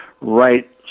right